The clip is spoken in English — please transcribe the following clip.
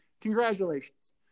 Congratulations